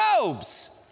robes